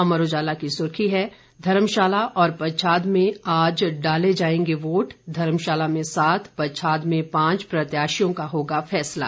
अमर उजाला की सुर्खी है धर्मशाला और पच्छाद में आज डाले जाएंगे वोट धर्मशाला में सात पच्छाद में पांच प्रत्याशियों का होगा फैसला